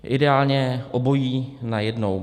Ideálně obojím najednou.